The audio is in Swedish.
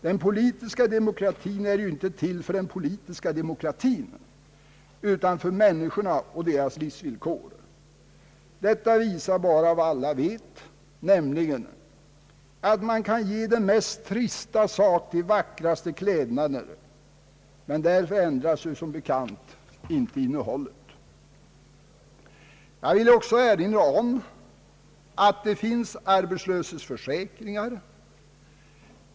Den politiska demokratin är inte till för den politiska demokratin, utan för människorna och en förbättring av deras livsvillkor. Detta visar bara vad alla vet, nämligen att man kan ge den mest trista sak de vackraste klädnader. Men därför ändras som bekant inte innehållet. Jag vill också erinra om att det finns arbetslöshetsförsäkringar.